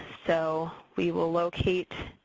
so we will locate